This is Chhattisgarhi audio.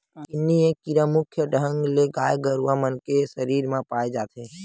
किन्नी ए कीरा मुख्य ढंग ले गाय गरुवा मन के सरीर म पाय जाथे